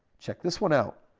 check this one out.